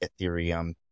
Ethereum